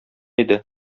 иде